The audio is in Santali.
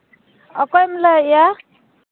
ᱚᱠᱚᱭᱮᱢ ᱞᱟᱹᱭᱮᱫᱟ